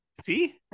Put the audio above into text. See